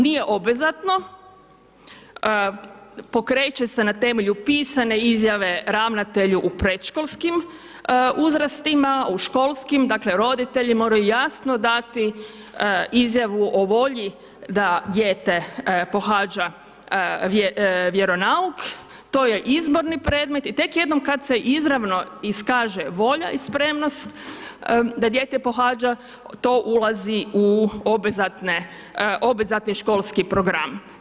Nije obvezatno, pokreće se na temelju pisane izjave ravnatelju u predškolskim uzrastima, u školskim dakle roditelji moraju jasno dati izjavu o volji da dijete pohađa vjeronauk to je izborni predmet i tek jednom kad se izravno iskaže volja i spremnost da dijete pohađa to ulazi u obvezatne, obvezatni školski program.